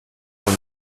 von